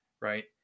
right